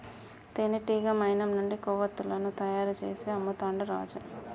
తేనెటీగ మైనం నుండి కొవ్వతులను తయారు చేసి అమ్ముతాండు రాజు